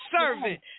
servant